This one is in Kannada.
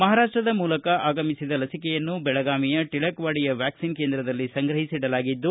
ಮಹಾರಾಷ್ಷದ ಮೂಲಕ ಆಗಮಿಸಿದ ಲಸಿಕೆಯನ್ನು ಬೆಳಗಾವಿಯ ಟಿಳಕವಾಡಿಯ ವ್ಯಾಕ್ಷಿನ್ ಕೇಂದ್ರದಲ್ಲಿ ಸಂಗ್ರಹಿಸಿಡಲಾಗಿದ್ದು